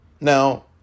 Now